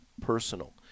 personal